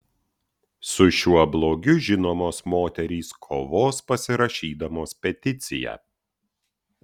su šiuo blogiu žinomos moterys kovos pasirašydamos peticiją